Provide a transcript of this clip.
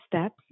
steps